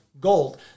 gold